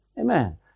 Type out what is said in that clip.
Amen